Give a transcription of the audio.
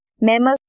mammals